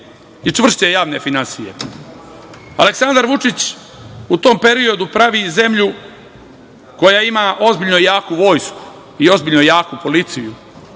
i čvršće javne finansije. Aleksandar Vučić u tom periodu pravi zemlju koja ima ozbiljno jaku vojsku i ozbiljno jaku policiju,